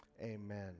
Amen